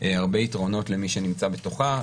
הרבה יתרונות למי שנמצא בתוכה,